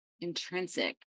intrinsic